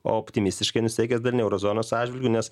optimistiškai nusiteikęs darni euro zonos atžvilgiu nes